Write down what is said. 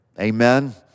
Amen